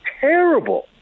terrible